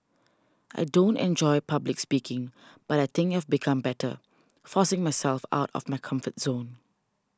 I don't enjoy public speaking but I think I've become better forcing myself out of my comfort zone